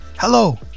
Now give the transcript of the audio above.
Hello